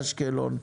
אשקלון,